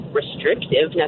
restrictive